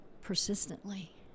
persistently